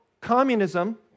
communism